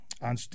on